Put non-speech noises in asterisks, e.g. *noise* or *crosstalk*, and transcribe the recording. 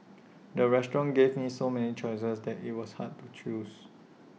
*noise* the restaurant gave me so many choices that IT was hard to choose